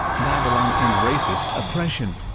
babylon and racist oppression